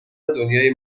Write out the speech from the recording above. دنیای